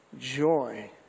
joy